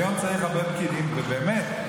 היום צריך הרבה פקידים, באמת.